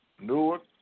Newark